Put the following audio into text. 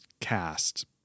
cast